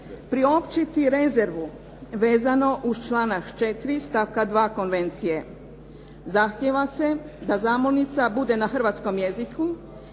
priopćiti rezervu vezano uz članak 4. stavka 2. Konvencije. Zahtijeva se da zamolnica bude na hrvatskom jeziku